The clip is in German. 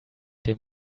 dem